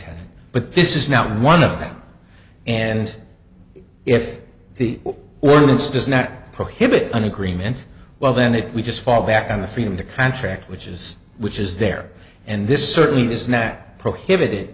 tenant but this is not one of them and if the ordinance does not prohibit an agreement well then it would just fall back on the freedom to contract which is which is there and this certainly is that prohibited